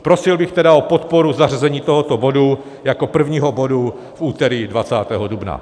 Prosil bych tedy o podporu zařazení tohoto bodu jako prvního bodu v úterý 20. dubna.